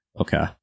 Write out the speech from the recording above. Okay